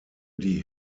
die